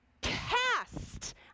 cast